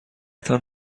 تان